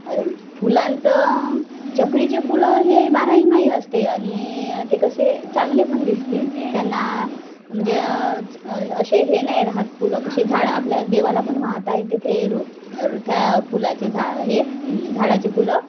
फुलांचं चक्रीचे फुलं हे बाराही माही असते आणि ते कसे चांगले पण दिसते त्यांना म्हणजे असे हे नाही राहत फुलं कसे झाडं आपल्या देवाला पण वाहता येते ते रो र फुलाचे झा हे झाडाचे फुलं